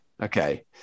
Okay